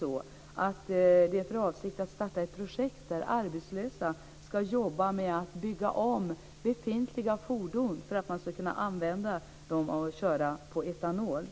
Man har för avsikt att starta ett projekt där arbetslösa ska jobba med att bygga om befintliga fordon för att de ska kunna köras på etanol.